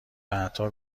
بعدها